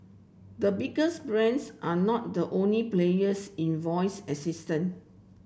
the biggest brands are not the only players in voice assistant